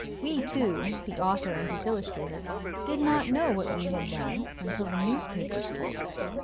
we two the author and his illustrator did not know what we had done until the newspapers told us.